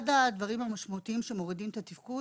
אחד הדברים המשמעותיים שמורידים את התפקוד,